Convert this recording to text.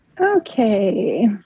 Okay